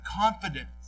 confidence